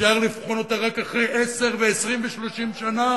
אפשר לבחון אותה רק אחרי עשר ו-20 ו-30 שנה,